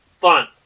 fun